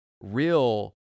real